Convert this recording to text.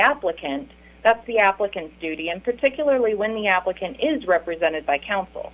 applicant that's the applicant's duty and particularly when the applicant is represented by counsel